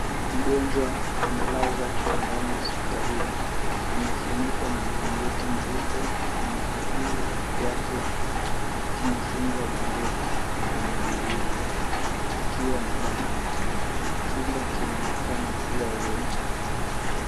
Mgonjwa amelazwa kitandani hospitalini. Amefunikwa na blanketi nyeupe na miguu yake imefungwa bendeji na imejeruhiwa ikiwa na damu. Chumba kinaonekana kuwa wodi.